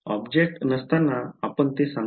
object नसताना आपण ते सांगू